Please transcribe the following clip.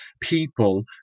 people